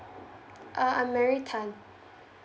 uh I am mary tan